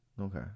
Okay